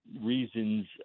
reasons